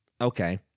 okay